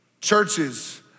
churches